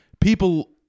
people